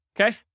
okay